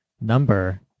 number